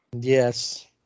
Yes